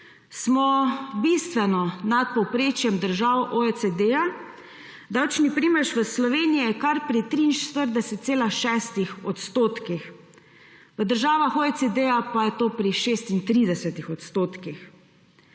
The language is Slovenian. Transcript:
Smo bistveno nad povprečjem držav OECD-ja. Davčni primež v Sloveniji je kar pri 43,6 odstotkih, v državah OECD-ja pa je to pri 36 odstotkih.